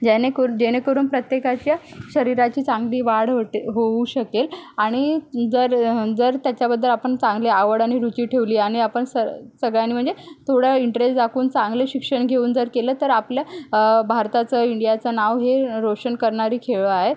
जेणेकरू जेणेकरून प्रत्येकाच्या शरीराची चांगली वाढ होते होऊ शकेल आणि जर जर त्याच्याबद्दल आपण चांगली आवड आणि रुची ठेवली आणि आपण सगळ्या सगळ्यांनी म्हणजे थोडा इंट्रेस्ट दाखवून चांगले शिक्षण घेऊन जर केलं तर आपलं भारताचं इंडियाचं नाव हे रोशन करणारी खेळ आहे